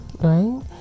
right